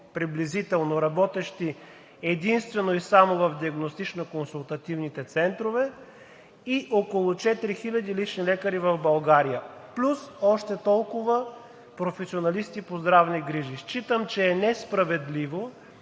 приблизително за 4500 работещи – единствено и само, в диагностично консултативните центрове и около 4000 лични лекари в България, плюс още толкова професионалисти по здравни грижи. Считам, че е несправедливо